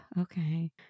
okay